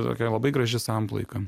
tokia labai graži samplaika